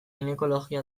ginekologia